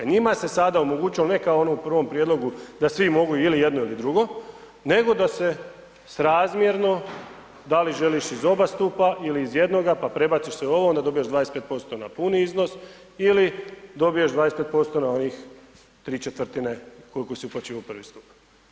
I njima se sada omogućilo ne kao ono u prvom prijedlogu da svi mogu ili jedno ili drugo nego da se srazmjerno da li želiš iz oba stupa ili iz jednoga pa prebaciš se u ovog, onda dobiješ 25% na puni iznos ili dobiješ 25% na onih ¾ koliko si uplaćivao u prvi stup.